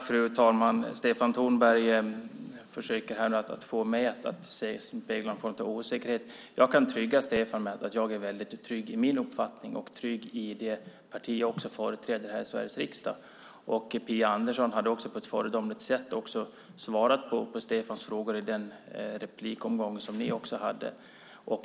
Fru talman! Stefan Tornberg försöker att få mig spegla någon form av osäkerhet. Jag kan lugna Stefan med att jag är väldigt trygg i min uppfattning och i det parti jag företräder här i Sveriges riksdag. Phia Andersson har på ett föredömligt sätt svarat på Stefans frågor i den replikomgång som de hade.